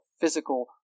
physical